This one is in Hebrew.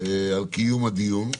על קיום הדיון.